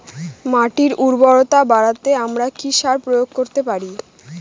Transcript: মাটির উর্বরতা বাড়াতে আমরা কি সার প্রয়োগ করতে পারি?